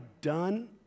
done